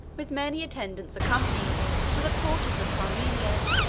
with many attendants accompanying him, to the quarters of parmenio.